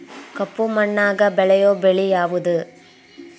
ಕಪ್ಪು ಮಣ್ಣಾಗ ಬೆಳೆಯೋ ಬೆಳಿ ಯಾವುದು?